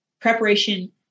Preparation